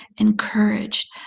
encouraged